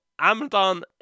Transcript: Amazon